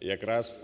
якраз